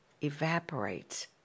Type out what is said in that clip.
evaporates